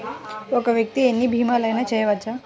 ఒక్క వ్యక్తి ఎన్ని భీమలయినా చేయవచ్చా?